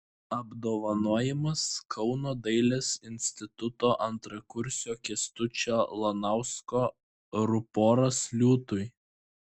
apdovanojimas kauno dailės instituto antrakursio kęstučio lanausko ruporas liūtui